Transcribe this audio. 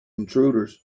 intruders